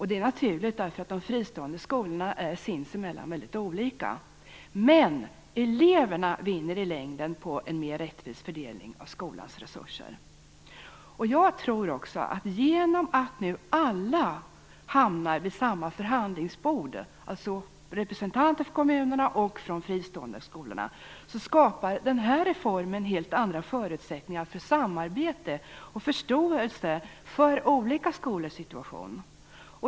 Det är naturligt därför att de fristående skolorna sinsemellan är väldigt olika. Men eleverna vinner i längden på en mer rättvis fördelning av skolans resurser. Jag tror också att denna reform skapar helt andra förutsättningar för samarbete och förståelse för olika skolors situation genom att alla hamnar vid samma förhandlingsbord, dvs. representanter för kommunerna och för de fristående skolorna.